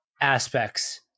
aspects